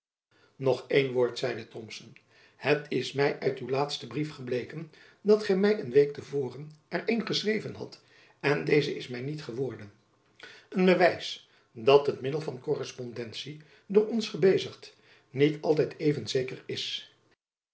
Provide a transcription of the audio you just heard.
nog één woord zeide thomson het is my uit uw laatsten brief gebleken dat gy my een week te voren er een geschreven hadt en deze is my niet geworden een bewijs dat het middel van korrespondentie door ons gebezigd niet altijd even zeker is